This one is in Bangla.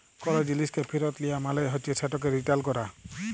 কল জিলিসকে ফিরত লিয়া মালে হছে সেটকে রিটার্ল ক্যরা